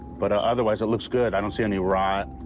but ah otherwise, it looks good. i don't see any rot.